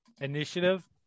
Initiative